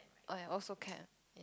!aiyo! also can